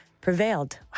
prevailed